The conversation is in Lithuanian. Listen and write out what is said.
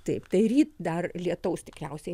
taip tai ryt dar lietaus tikriausiai